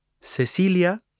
Cecilia